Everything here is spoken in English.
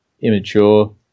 immature